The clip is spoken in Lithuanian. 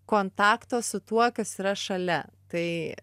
kontakto su tuo kas yra šalia tai